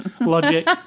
Logic